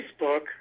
Facebook